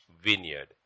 vineyard